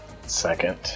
second